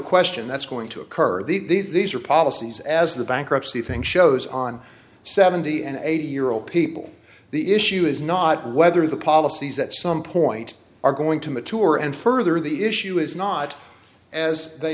question that's going to occur these are policies as the bankruptcy think shows on seventy and eighty year old people the issue is not whether the policies at some point are going to mature and further the issue is not as they